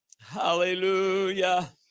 Hallelujah